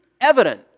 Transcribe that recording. evident